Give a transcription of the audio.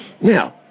Now